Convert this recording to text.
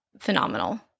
phenomenal